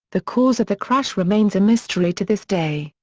the cause of the crash remains a mystery to this day.